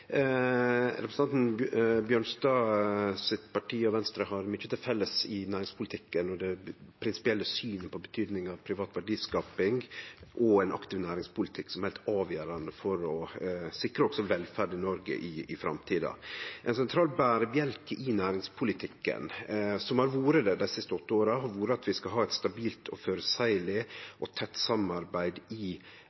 Representanten Bjørnstad sitt parti og Venstre har mykje til felles i næringspolitikken når det gjeld det prinsipielle synet på betydinga av privat verdiskaping og ein aktiv næringspolitikk, som er heilt avgjerande for å sikre velferda i Noreg i framtida. Ein sentral berebjelke i næringspolitikken, som har vore det dei siste åtte åra, er at vi skal ha eit stabilt, føreseieleg og